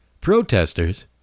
protesters